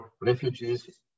refugees